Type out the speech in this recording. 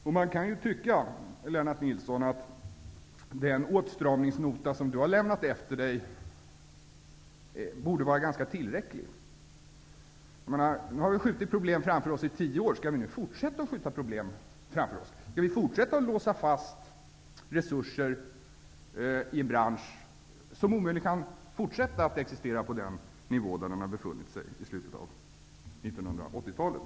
Det kan ju tyckas att den åtstramningsnota som Lennart Nilsson har lämnat efter sig borde vara tillräcklig. Nu har vi skjutit problemen framför oss i tio år. Skall vi fortsätta att skjuta problemen framför oss? Skall vi fortsätta att låsa fast resurser i en bransch som omöjligen kan fortsätta att existera på den nivå som den befann sig på i slutet av 1980-talet?